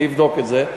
אני אבדוק את זה.